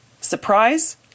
Surprise